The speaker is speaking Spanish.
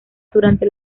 durante